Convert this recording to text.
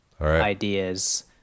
ideas